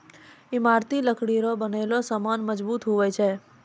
ईमारती लकड़ी रो बनलो समान मजबूत हुवै छै